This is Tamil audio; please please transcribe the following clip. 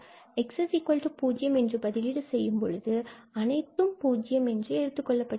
பின்பு x0 என்று பதிலீடு செய்யும் பொழுது அனைத்தும் பூஜ்ஜியம் என்று எடுத்துக்கொள்ளப்படுகிறது